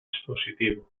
dispositivo